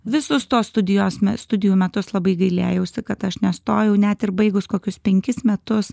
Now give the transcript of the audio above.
visos tos studijos na studijų metu aš labai gailėjausi kad aš nestojau net ir baigus kokius penkis metus